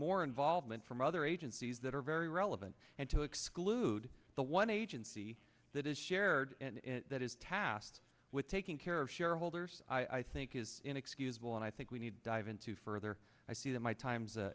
more involvement from other agencies that are very relevant and to exclude the one agency that is shared and that is tasked with taking care of shareholders i think is inexcusable and i think we need dive into further i see that my time's